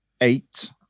eight